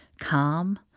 calm